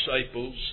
disciples